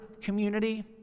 community